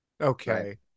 Okay